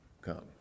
come